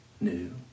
new